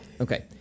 Okay